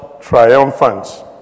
triumphant